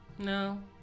No